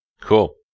Cool